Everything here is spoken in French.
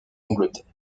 angleterre